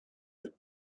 that